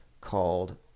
called